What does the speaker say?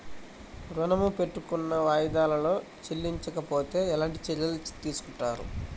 ఋణము పెట్టుకున్న వాయిదాలలో చెల్లించకపోతే ఎలాంటి చర్యలు తీసుకుంటారు?